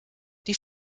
die